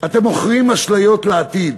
אתם מוכרים אשליות לעתיד,